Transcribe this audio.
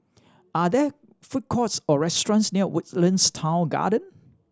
are there food courts or restaurants near Woodlands Town Garden